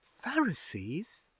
Pharisees